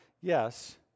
Yes